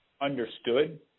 understood